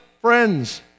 friends